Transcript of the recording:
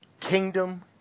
Kingdom